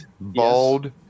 bald